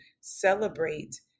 celebrate